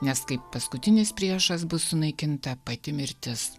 nes kaip paskutinis priešas bus sunaikinta pati mirtis